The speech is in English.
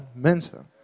Mensen